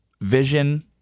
Vision